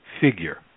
figure